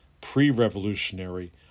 pre-revolutionary